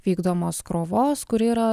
vykdomos krovos kuri yra